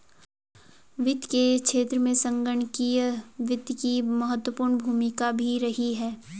वित्त के क्षेत्र में संगणकीय वित्त की महत्वपूर्ण भूमिका भी रही है